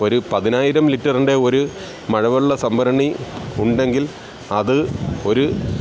ഒരു പതിനായിരം ലിറ്ററിൻ്റെ ഒരു മഴവെള്ള സംഭരണിയുണ്ടെങ്കിൽ അത് ഒരു